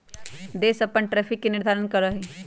देश अपन टैरिफ के निर्धारण करा हई